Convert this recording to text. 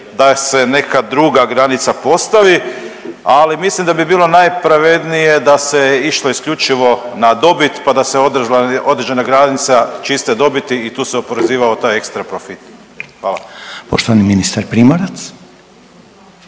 da se neka druga granica postavi, ali mislim da bi bilo najpravednije da se išlo isključivo na dobit pa da se .../nerazumljivo/... određena granica čiste dobiti i tu se oporezivao taj ekstraprofit. Hvala. **Reiner,